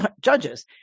judges